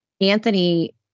Anthony